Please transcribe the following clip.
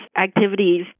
activities